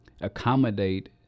accommodate